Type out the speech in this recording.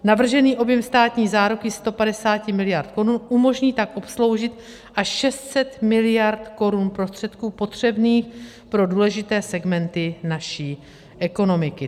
Navržený objem státní záruky 150 miliard korun umožní tak obsloužit až 600 miliard korun prostředků potřebných pro důležité segmenty naší ekonomiky.